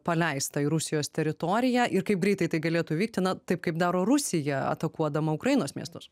paleista į rusijos teritoriją ir kaip greitai tai galėtų vykti na taip kaip daro rusija atakuodama ukrainos miestus